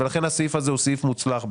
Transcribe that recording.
ולכן הסעיף הזה הוא סעיף מוצלח בעיניי.